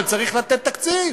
אבל צריך לתת תקציב.